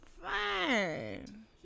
fine